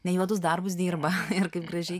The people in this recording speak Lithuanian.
ne juodus darbus dirba ir kaip gražiai